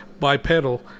Bipedal